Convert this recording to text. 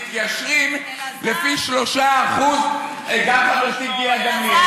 מתיישרים לפי 3% גם חברתי גילה גמליאל,